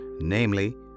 namely